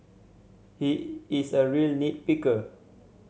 he is a real nit picker